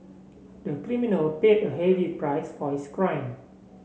the criminal paid a heavy price for his crime